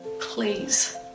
Please